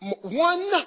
one